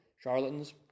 charlatans